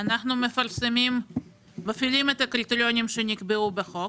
אנחנו מפעילים את הקריטריונים שנקבעו בחוק,